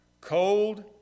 cold